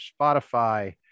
Spotify